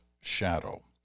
Shadow